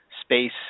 space